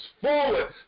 forward